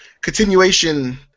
continuation